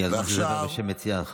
הגיע הזמן לדבר בשם מציעי החוק.